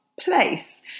place